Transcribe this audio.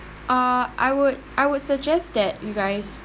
uh I would I would suggest that you guys